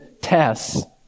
tests